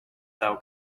thou